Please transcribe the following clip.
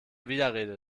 widerrede